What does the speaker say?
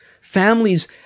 Families